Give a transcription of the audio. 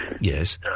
Yes